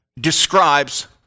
describes